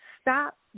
Stop